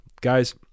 guys